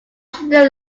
shouldn’t